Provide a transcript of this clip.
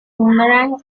boomerang